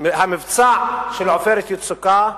המבצע של "עופרת יצוקה"